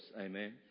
Amen